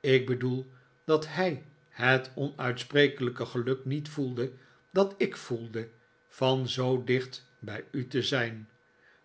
ik bedoel dat hij het onuitsprekelijke geluk niet voelde dat ik voelde van zoo dicht bij u te zijn